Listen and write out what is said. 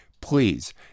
Please